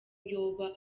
yoba